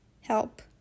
help